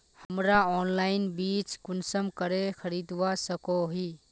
हमरा ऑनलाइन बीज कुंसम करे खरीदवा सको ही?